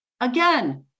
again